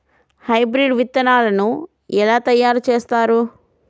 Hybrid విత్తనాలను ఎలా తయారు చేస్తారు?